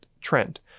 trend